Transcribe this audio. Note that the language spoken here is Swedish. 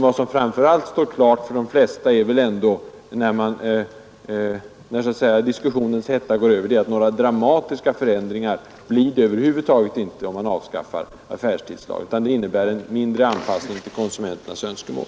Vad som står klart för de flesta är väl ändå, när diskussionens hetta har gått över, att några dramatiska förändringar blir det inte, om affärstidslagen avskaffas, utan endast en mindre anpassning till konsumenternas önskemål.